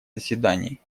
заседаний